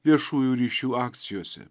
viešųjų ryšių akcijose